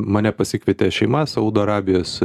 mane pasikvietė šeima saudo arabijos